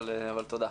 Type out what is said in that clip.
אבל תודה.